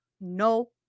no